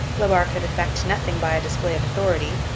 la barre could effect nothing by a display of authority,